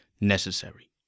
necessary